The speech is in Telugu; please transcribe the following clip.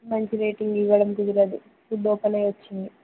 మంచి రేటింగ్ ఇవ్వడం కుదరదు ఫుడ్ ఓపెన్ అయ్యి వచ్చింది